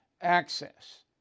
Access